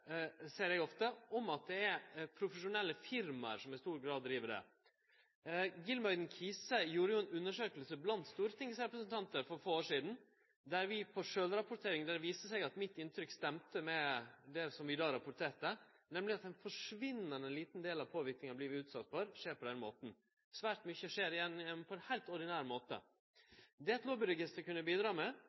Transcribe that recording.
ser eg ofte, om at det er profesjonelle firma som i stor grad driv det. Geelmuyden.Kiese gjorde ei undersøking blant stortingsrepresentantar for få år sidan, der det ved sjølvrapportering viste seg at mitt inntrykk stemte med det som vi rapporterte, nemleg at ein forsvinnande liten del av påverknaden vi vert utsette for, skjer på den måten. Svært mykje skjer på heilt ordinær måte. Det eit lobbyregister kan bidra med,